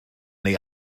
neu